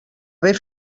haver